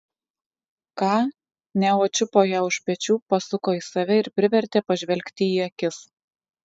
ką neo čiupo ją už pečių pasuko į save ir privertė pažvelgti į akis